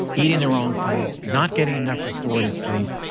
eating the wrong foods, not getting enough restorative sleep,